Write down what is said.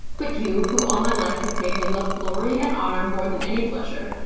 but you, who all my life have made me love glory and honor more than any pleasure,